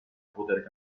poter